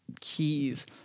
keys